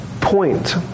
point